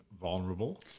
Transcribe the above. vulnerable